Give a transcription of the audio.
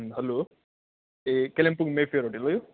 हलो ए कालिम्पोङ मे fair hotel हो यो